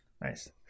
Nice